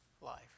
life